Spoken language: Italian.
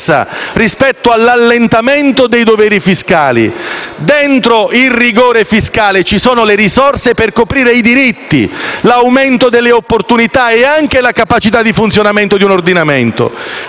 rispetto all'allentamento dei doveri fiscali. Dentro il rigore fiscale ci sono le risorse per coprire i diritti, l'aumento delle opportunità e anche la capacità di funzionamento di un ordinamento.